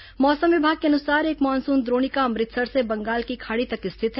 मौसम मौसम विभाग के अनुसार एक मानसून द्रोणिका अमृतसर से बंगाल की खाड़ी तक स्थित है